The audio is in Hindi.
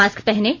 मास्क पहनें